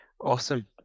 Awesome